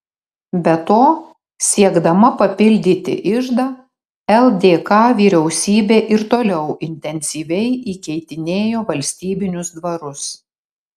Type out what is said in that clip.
be to siekdama papildyti iždą ldk vyriausybė ir toliau intensyviai įkeitinėjo valstybinius dvarus